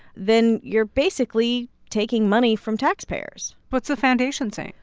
then you're basically taking money from taxpayers what's the foundation saying?